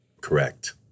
Correct